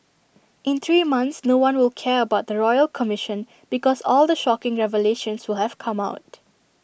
in three months no one will care about the royal commission because all the shocking revelations will have come out